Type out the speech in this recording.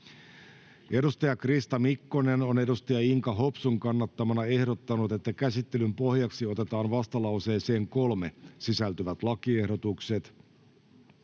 Edustaja Krista Mikkonen on edustaja Inka Hopsun kannattamana ehdottanut, että käsittelyn pohjaksi otetaan vastalauseeseen 3 sisältyvät lakiehdotukset.